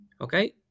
Okay